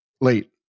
late